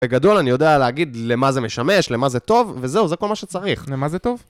בגדול אני יודע להגיד למה זה משמש, למה זה טוב, וזהו, זה כל מה שצריך. למה זה טוב?